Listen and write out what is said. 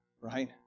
Right